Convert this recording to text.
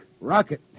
Rocket